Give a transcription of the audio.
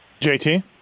JT